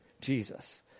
Jesus